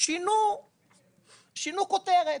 שינו כותרת.